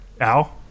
Al